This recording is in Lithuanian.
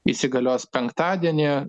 įsigalios penktadienį